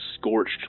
scorched